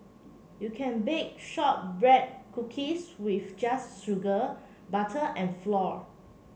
you can bake shortbread cookies with just sugar butter and flour